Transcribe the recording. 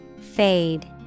Fade